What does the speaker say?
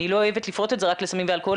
אני לא אוהבת לפרוט את זה רק לסמים ואלכוהול,